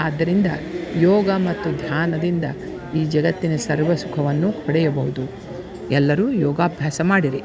ಆದ್ದರಿಂದ ಯೋಗ ಮತ್ತು ಧ್ಯಾನದಿಂದ ಈ ಜಗತ್ತಿನ ಸರ್ವ ಸುಖವನ್ನು ಪಡೆಯಬೌದು ಎಲ್ಲರೂ ಯೋಗಾಭ್ಯಾಸ ಮಾಡಿರಿ